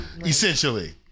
essentially